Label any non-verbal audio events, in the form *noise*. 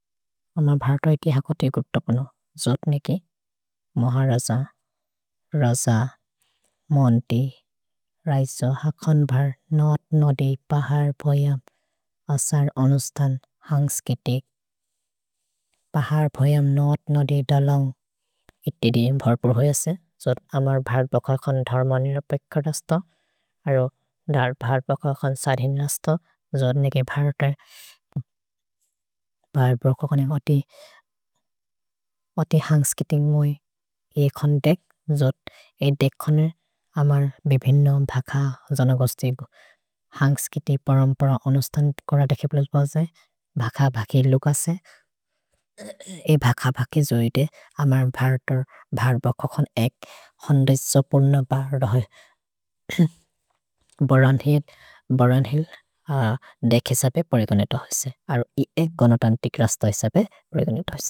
अम्म भर्त इति हकोतिक् उत्तोक्नो, जोत्निकि मोह रज, रज, मोन्ति, रैजो, हकोन् भर, नोत्-नोदि, पहर् बोह्यम्, असर् अनुस्तन्, हन्स् कितिक्। पहर् बोह्यम्, नोत्-नोदि, दलन्ग्, इति-दि, भर पोह्येसे। जोत् अमर् भर बोह्यकोन् धर् मनि रपेक् कतस् तो, दर् भर बोह्यकोन् सरिन् रस्त, जोत्निकि भर्त, भर बोह्यकोने इति हन्स् कितिक् मोहे एकोन् देक्, जोत्, ए देकोने अमर् बेभिन्नो भक जोनगोस्ति गु। हन्स् कितिक् पहर् अनुस्तनित् कोर देखे पोह्येसे, भक भके लुक से, *hesitation* ए भक भके जोइ दे अमर् भर्त, भर बोह्यकोन् एक् होन्देस् सोपोन् न भर दोए। भरन्हील्, भरन्हील् देखे सभे पेरेगोने तोह्येसे, अरो एकोनोतन् तिक् रस्त सभे पेरेगोने तोह्येसे।